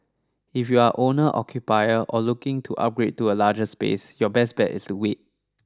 if you are owner occupier or looking to upgrade to a larger space your best bet is to wait